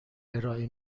ارائه